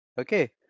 okay